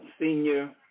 senior